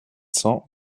cents